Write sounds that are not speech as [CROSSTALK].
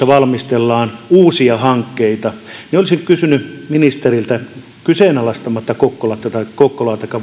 [UNINTELLIGIBLE] valmistellaan uusia hankkeita niin olisin kysynyt ministeriltä kyseenalaistamatta kokkolaa taikka [UNINTELLIGIBLE]